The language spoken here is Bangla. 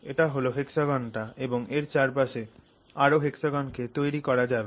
এটা হল hexagon টা এবং এর চারপাশে আরও hexagon কে তৈরি করা যাবে